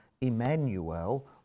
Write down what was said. Emmanuel